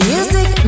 Music